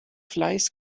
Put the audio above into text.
fleiß